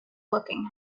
looking